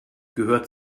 gehört